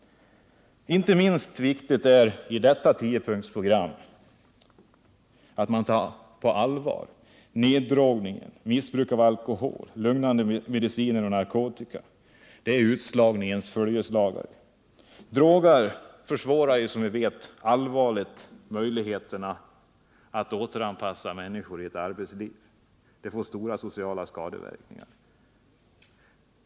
Det är inte minst viktigt att den sista punkten i tiopunktsprogrammet tas på allvar: Nerdrogning, missbruk av alkohol, lugnande mediciner och narkotika är utslagningens följeslagare. Droger försvårar som vi vet allvarligt möjligheterna att återanpassa människor i arbetslivet. Missbruket får stora sociala skadeverkningar.